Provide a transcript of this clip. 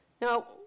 Now